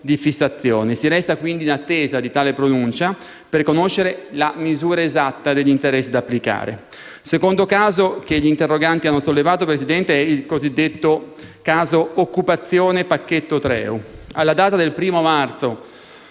di fissazione. Si resta quindi in attesa di tale pronuncia, per conoscere la misura esatta degli interessi da applicare. Il secondo caso che gli interroganti hanno sollevato è il cosiddetto caso Occupazione Pacchetto Treu. Alla data del 1° marzo